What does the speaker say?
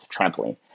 trampoline